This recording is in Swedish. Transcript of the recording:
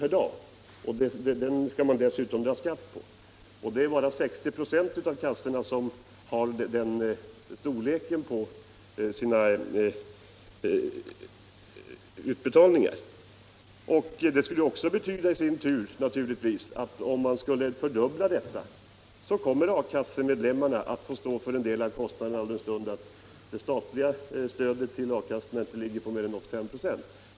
per dag, och den betalar man dessutom skatt för. Och det är bara 60 96 av kassorna som har utbetalningar av sådan storlek. En fördubbling av karenstiden skulle betyda en ändrad riskfördelning också så till vida att arbetslöshetskassemedlemmarna fick stå för en del av kostnaderna, eftersom det statliga stödet till arbetslöshetskassorna inte uppgår till mer än 85 26.